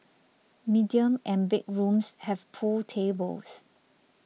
medium and big rooms have pool tables